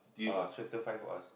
ah shelter find for us